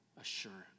assurance